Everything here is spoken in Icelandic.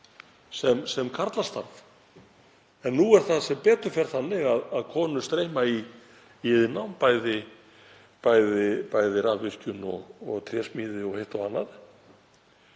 sem karlastarf en nú er það sem betur fer þannig að konur streyma í iðnnám, bæði rafvirkjun og trésmíði og eitt og annað.